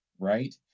right